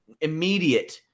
immediate